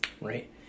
right